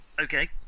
Okay